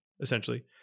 essentially